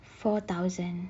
four thousand